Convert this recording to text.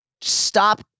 stop